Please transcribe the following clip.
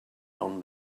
non